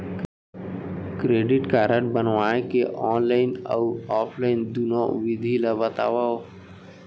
Credit card बनवाए के online अऊ ऑफलाइन दुनो विधि ला बतावव?